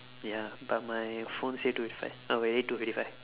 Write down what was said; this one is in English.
ya but my phone say two fifty five oh already two fifty five